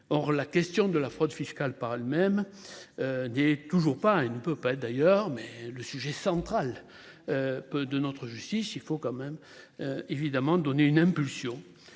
Or la question de la fraude fiscale par elles-mêmes. N'est toujours pas et ne peut pas d'ailleurs mais le sujet central. Peu de notre justice. Il faut quand même. Évidemment donner une impulsion.